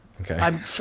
okay